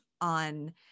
on